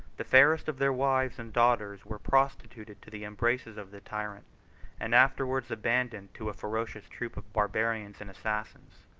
the fairest of their wives and daughters were prostituted to the embraces of the tyrant and afterwards abandoned to a ferocious troop of barbarians and assassins,